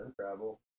travel